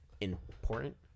important